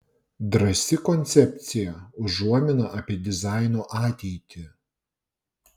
drąsi koncepcija užuomina apie dizaino ateitį